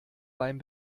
beim